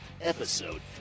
episode